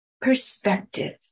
Perspective